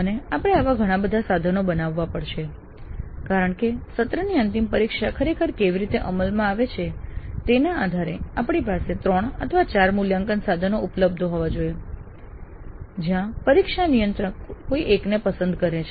અને આપણે આવા ઘણા બધા સાધનો બનાવવા પડશે કારણ કે સત્રની અંતિમ પરીક્ષા ખરેખર કેવી રીતે અમલમાં આવે છે તેના આધારે આપણી પાસે ત્રણ અથવા ચાર મૂલ્યાંકન સાધનો ઉપલબ્ધ હોવા જોઈએ જ્યાં પરીક્ષા નિયંત્રક કોઈ પણ એકને પસંદ કરે છે